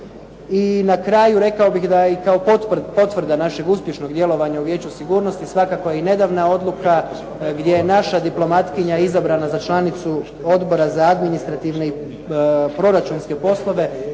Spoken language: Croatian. I na kraju, rekao bih da i kao potvrda našeg uspješnog djelovanja u Vijeću sigurnosti svakako je i nedavna odluka gdje je naša diplomatkinja izabrana za članicu Odbora za administrativne i proračunske poslove